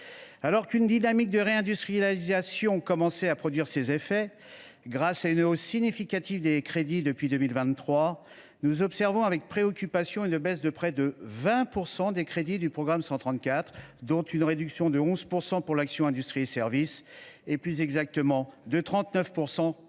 Alors qu’une dynamique de réindustrialisation commençait à produire ses effets grâce à une hausse significative des crédits depuis 2023, nous observons avec préoccupation une baisse de près de 20 % des crédits du programme 134, dont une réduction de 11 % pour l’action n° 23 « Industrie et services », et, plus exactement, de 39 % si l’on